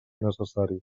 necessari